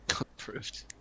Approved